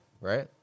right